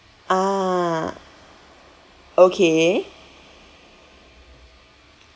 ah okay